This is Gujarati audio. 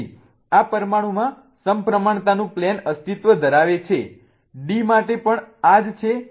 તેથી આ પરમાણુમાં સમપ્રમાણતાનું પ્લેન અસ્તિત્વ ધરાવે છે D માટે પણ આ જ છે